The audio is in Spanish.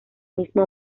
mismo